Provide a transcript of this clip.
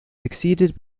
succeeded